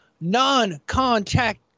non-contact